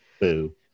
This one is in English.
Boo